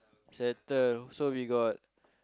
settle so we got